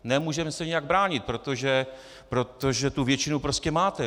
Nemůžeme se nijak bránit, protože tu většinu prostě máte.